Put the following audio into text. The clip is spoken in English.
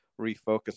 refocus